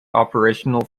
operational